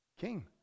king